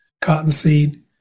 cottonseed